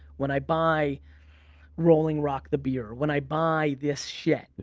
when i buy rolling rock the beer, when i buy this shit,